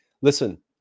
listen